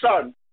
son